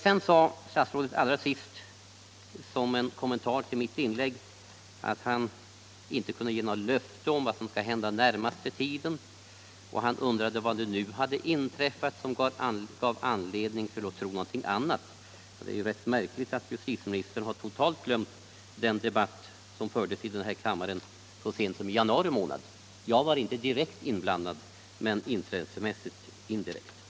Allra sist sade statsrådet som en kommentar till mitt inlägg att han inte kunde ge några löften om vad som skall hända inom den närmaste tiden, och han undrade vad som hade inträffat och som gav anledning till att tro någonting annat. Det är rätt märkligt att justitieministern totalt tycks ha glömt den debatt som fördes om datafrågorna i den här kammaren så sent som i januari månad. Jag var då inte direkt men intressemässigt indirekt inblandad; statsrådet var däremot direkt inblandad.